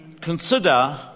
consider